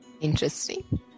Interesting